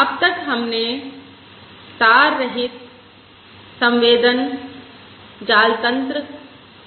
अब तक हमने तार रहित संवेदन जाल तन्त्र